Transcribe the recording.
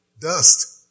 dust